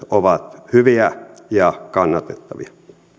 ovat hyviä ja kannatettavia